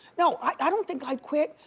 no, i don't think i'd quit.